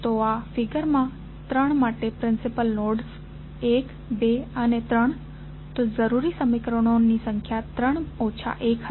તો આ ફિગર માં 3 માટે પ્રિન્સિપલ નોડ્સ 1 2 અને 3 તો જરૂરી સમીકરણોની સંખ્યા 3 ઓછા 1 હશે